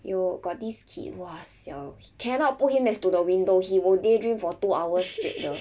you got this kid !wah! siao he cannot put him next to the window he will daydream for two hours straight 的